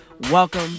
welcome